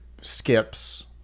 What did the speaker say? skips